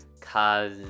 cause